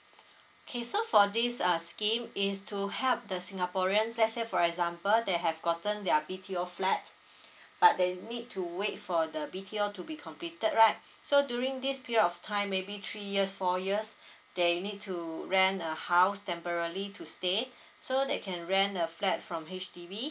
okay so for this uh scheme is to help the singaporeans let's say for example they have gotten their B_T_O flat but they need to wait for the B_T_O to be completed right so during this period of time maybe three years four years they need to rent a house temporally to stay so they can rent a flat from H_D_B